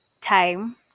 time